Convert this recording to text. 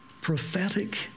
prophetic